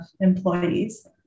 employees